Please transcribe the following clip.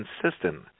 consistent